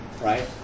right